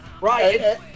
right